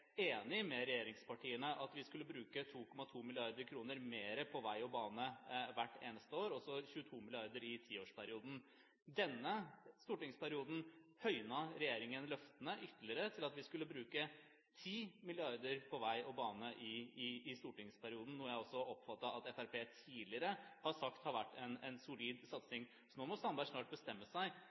enig med regjeringspartiene i at vi skulle bruke 2,2 mrd. kr mer på vei og bane hvert eneste år, og 22 mrd. kr i tiårsperioden. I denne stortingsperioden har regjeringen høynet løftene ytterligere, til at vi skulle bruke 10 mrd. kr på vei og bane, noe jeg også oppfattet at Fremskrittspartiet tidligere har sagt har vært en solid satsing. Nå må Sandberg snart bestemme seg